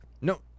No